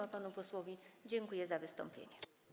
A panu posłowi dziękuję za wystąpienie.